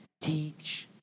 Teach